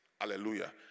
hallelujah